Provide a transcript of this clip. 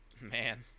man